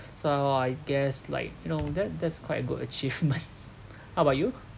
so I guess like you know that that's quite a good achievement how about you